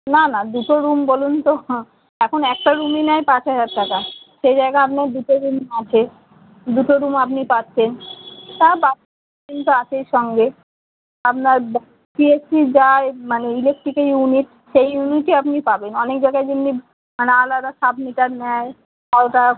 না না দুটো রুম বলুন তো হ্যাঁ এখন একটা রুমই নেয় পাঁচ হাজার টাকা সেই জায়গায় আপনার দুটো রুম আছে দুটো রুম আপনি পাচ্ছেন তা বাথরুম তো আছেই সঙ্গে আপনার সিইএসসির যা মানে ইলেকট্রিকের ইউনিট সেই ইউনিটই আপনি পাবেন অনেক জায়গায় যেমনি মানে আলাদা সাব মিটার নেয় বারো টাকা